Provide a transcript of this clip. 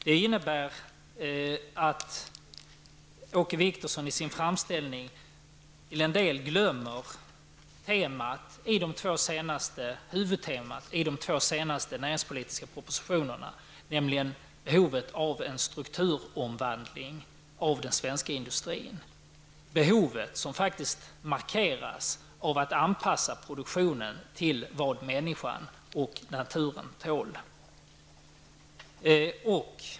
Det innebär att Åke Wictorsson i sin framställning till en del glömmer huvudtemat i de två senaste näringspolitiska propositionerna, nämligen behovet av en strukturomvandling i fråga om den svenska industrin, behovet -- som faktiskt markeras i propositionerna -- av att anpassa produktionen till vad människan och naturen tål.